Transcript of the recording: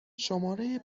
شماره